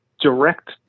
direct